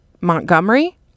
Montgomery